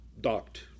docked